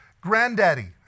granddaddy